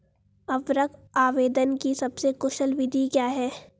उर्वरक आवेदन की सबसे कुशल विधि क्या है?